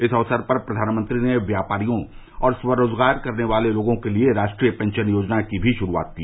इस अवसर पर प्रधानमंत्री ने व्यापारियों और स्व रोजगार करने वाले लोगों के लिए राष्ट्रीय पेंशन योजना की भी शुरूआत की